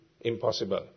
impossible